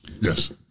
Yes